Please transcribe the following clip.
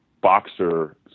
boxer